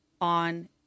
On